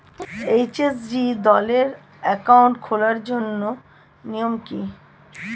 SHG দলের account খোলার নিয়ম কী?